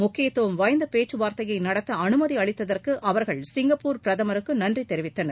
முக்கியத்துவம் வாய்ந்த பேச்சுவார்த்தையை நடத்த அனுமதி அளித்ததற்கு அவர்கள் சிங்கப்பூர் பிரதமருக்கு நன்றி தெரிவித்தனர்